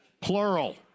plural